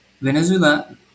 Venezuela